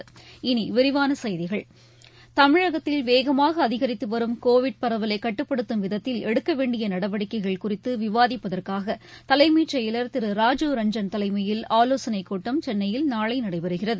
இனி விரிவான செய்திகள் தமிழகத்தில் வேகமாக அதிகரித்து வரும் கோவிட் பரவலை கட்டுப்படுத்தும் விதத்தில் எடுக்கவேண்டிய நடவடிக்கைகள் குறித்து விவாதிப்பதற்காக தலைமை செயலர் திரு ராஜீவ் ரஞ்சன் தலைமையில் ஆலோசனை கூட்டம் சென்னையில் நாளை நடைபெறுகிறது